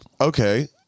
Okay